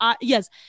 yes